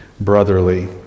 brotherly